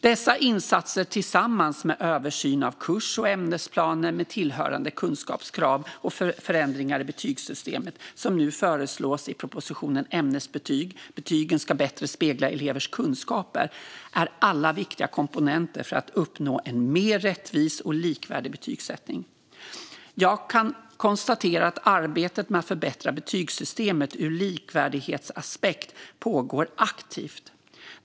Dessa insatser, liksom den översyn av kurs och ämnesplaner med tillhörande kunskapskrav och förändringar i betygssystemet som nu föreslås i propositionen Ämnesbetyg - betygen ska bättre spegla elevers kunskaper , är alla viktiga komponenter i arbetet för att uppnå en mer rättvis och likvärdig betygsättning. Jag kan konstatera att arbetet med att förbättra betygssystemet ur likvärdighetsaspekt pågår aktivt.